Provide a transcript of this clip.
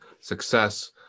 success